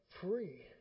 free